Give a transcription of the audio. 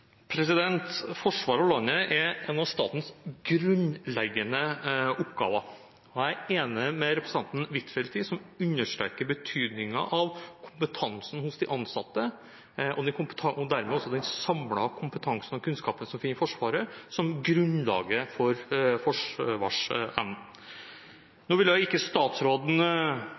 en av statens grunnleggende oppgaver. Jeg er enig med representanten Huitfeldt som understreker betydningen av kompetansen hos de ansatte – og dermed også den samlede kompetansen og kunnskapen som finnes i Forsvaret – som grunnlaget for forsvarsevnen. Nå ville jo ikke statsråden